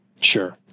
Sure